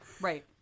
Right